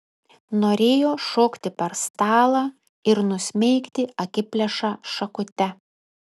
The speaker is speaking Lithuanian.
norėjo šokti per stalą ir nusmeigti akiplėšą šakute